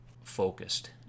focused